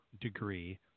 degree